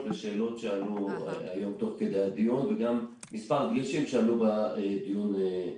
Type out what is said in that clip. לשאלות שעלו היום תוך כדי הדיון וגם מספר דגשים שעלו בדיון הקודם.